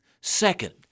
Second